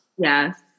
Yes